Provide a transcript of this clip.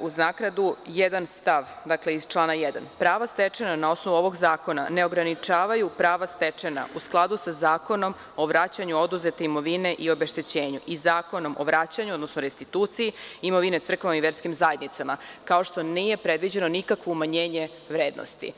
uz naknadu, jedan stav iz člana 1. – Prava stečena na osnovu ovog zakona ne ograničavaju prava stečena u skladu sa Zakonom o vraćanju oduzete imovine i obeštećenju i Zakonom o vraćanju, odnosno restituciji imovine crkvama i verskim zajednicama, kao što nije predviđeno nikakvo umanjenje vrednosti.